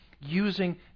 Using